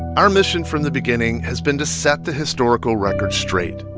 our mission from the beginning has been to set the historical record straight,